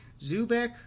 Zubek